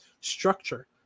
structure